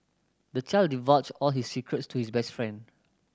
the child divulged all his secret to his best friend